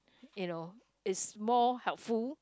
you know it's more helpful